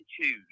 choose